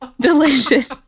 delicious